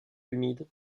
humide